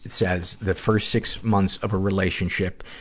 says the first six months of a relationship,